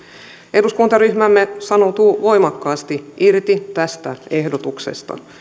eduskuntaryhmämme sanoutuu voimakkaasti irti tästä ehdotuksesta